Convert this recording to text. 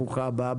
ברוכה הבאה,